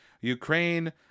Ukraine